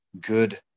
good